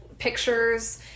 pictures